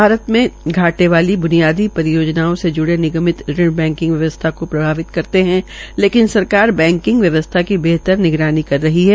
भारत में घाटे वाली बुनियादी परियोजनाओं से जुड़े निगमित ऋण बैकिंग व्यवस्था को प्रभावित करते है लेकिन सरकार बैकिंग व्यवस्था की बेहतर निगरानी कर रही है